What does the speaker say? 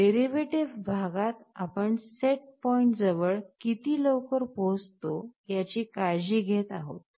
derivative भागात आपण set point जवळ किती लवकर पोहचतो याची काळजी घेत आहोत